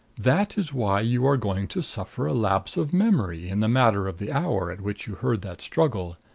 that is why you are going to suffer a lapse of memory in the matter of the hour at which you heard that struggle.